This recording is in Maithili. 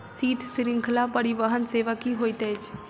शीत श्रृंखला परिवहन सेवा की होइत अछि?